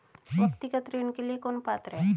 व्यक्तिगत ऋण के लिए कौन पात्र है?